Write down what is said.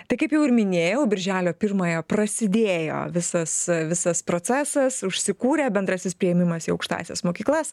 tai kaip jau ir minėjau birželio pirmąją prasidėjo visas visas procesas užsikūrė bendrasis priėmimas į aukštąsias mokyklas